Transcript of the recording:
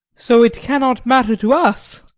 so it cannot matter to us.